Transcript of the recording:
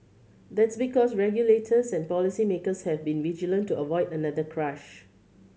that's because regulators and policy makers have been vigilant to avoid another crash